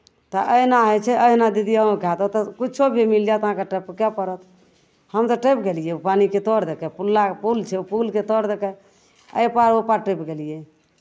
तऽ अहिना होइ छै अहिना दीदी अहूँके हएत ओतय किछो भी मिल जायत अहाँके टपकय पड़त हम तऽ टपि गेलियै पानिके तर दऽ कऽ पुल्ला पुल छै ओ पुलके तर दऽ कऽ एहि पार ओ पार टपि गेलियै